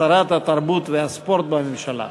שרת התרבות והספורט בממשלה.